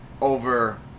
over